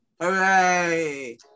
Hooray